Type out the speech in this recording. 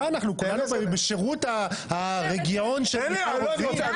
מה, כולנו בשירות הרגיעון של מיכל רוזין?